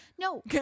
No